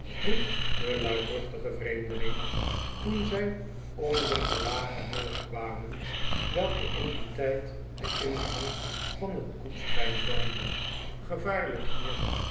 riep de luidruchtige vreemdeling toen zij onder den lagen boog kwamen welke in dien tijd den ingang van het koetsplein vormde gevaarlijk hier